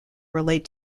relate